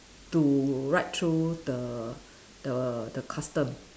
to right through the the the custom